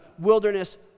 wilderness